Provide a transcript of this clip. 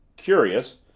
curious,